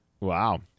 Wow